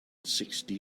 sixty